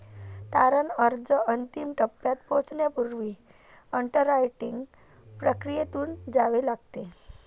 तारण अर्ज अंतिम टप्प्यात पोहोचण्यापूर्वी अंडररायटिंग प्रक्रियेतून जावे लागते